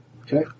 Okay